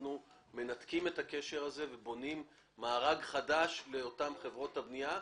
אנחנו מנתקים את הקשר הזה ובונים מארג חדש לאותן חברות הגבייה,